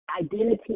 Identity